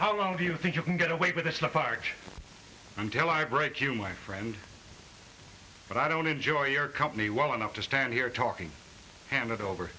how long do you think you can get away with it's not hard until i break you my friend but i don't enjoy your company well enough to stand here talking handed over